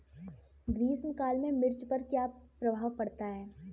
ग्रीष्म काल में मिर्च पर क्या प्रभाव पड़ता है?